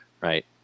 Right